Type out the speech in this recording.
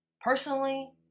personally